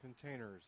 Containers